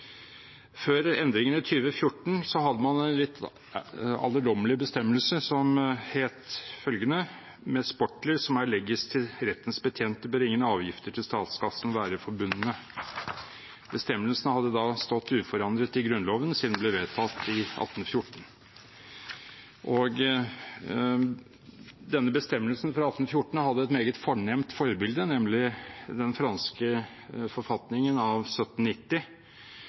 Før endringen i 2014 hadde man en litt alderdommelig bestemmelse, som lød slik: «Med Sportler, som erlægges til Rettens Betjente, bør ingen Afgifter til Statskassen være forbundne.» Bestemmelsen hadde da stått uforandret i Grunnloven siden den ble vedtatt i 1814. Denne bestemmelsen fra 1814 hadde et meget fornemt forbilde, nemlig den franske forfatningen av 1790,